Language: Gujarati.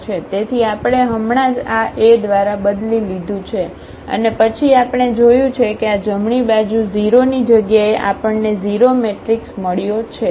તેથી આપણે હમણાં જ આ A દ્વારા બદલી લીધું છે અને પછી આપણે જોયું છે કે આ જમણી બાજુ 0 ની જગ્યાએ આપણને 0 મેટ્રિક્સ મળ્યો છે